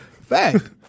Fact